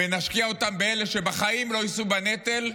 ונשקיע אותם באלה שבחיים לא יישאו בנטל,